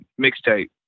mixtape